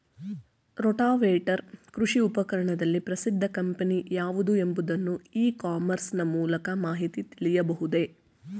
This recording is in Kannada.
ರೋಟಾವೇಟರ್ ಕೃಷಿ ಉಪಕರಣದಲ್ಲಿ ಪ್ರಸಿದ್ದ ಕಂಪನಿ ಯಾವುದು ಎಂಬುದನ್ನು ಇ ಕಾಮರ್ಸ್ ನ ಮೂಲಕ ಮಾಹಿತಿ ತಿಳಿಯಬಹುದೇ?